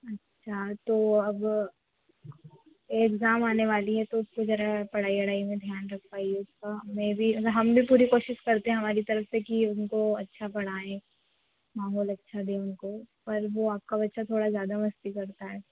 अच्छा तो अब एग्ज़ाम आने वाली है तो उसको ज़रा पढ़ाई वढ़ाई में ध्यान रखवाइए उसका मैं भी हम भी पूरी कोशिश करते हैं हमारी तरफ से कि उनको अच्छा पढ़ाएँ माहौल अच्छा दें उनको पर वह आपका बच्चा थोड़ा ज़्यादा मस्ती करता है